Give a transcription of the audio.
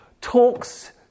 talks